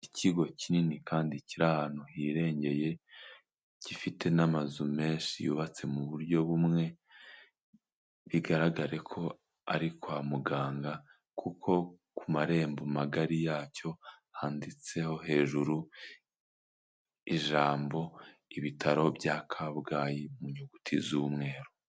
Ikigo kinini kandi kiri ahantu hirengeye gifite n'amazu menshi yubatse mu buryo bumwe bigaragare ko ari kwa muganga kuko ku marembo magari yacyo handitseho hejuru ijambo ibitaro bya kabgayi mu nyuguti z'umweru.